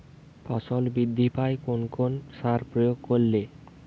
ফসল বৃদ্ধি পায় কোন কোন সার প্রয়োগ করলে?